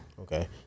Okay